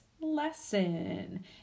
lesson